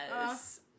yes